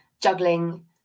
juggling